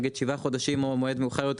נגיד שבעה חודשים או מועד מאוחר יותר,